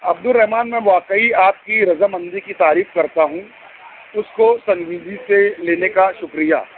عبدالرحمٰن میں واقعی آپ کی رضامندی کی تعریف کرتا ہوں اس کو سنجیدگی سے لینے کا شکریہ